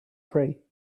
free